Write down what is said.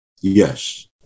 Yes